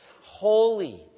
holy